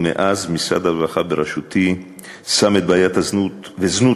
ומאז משרד הרווחה בראשותי שם את בעיית הזנות ואת זנות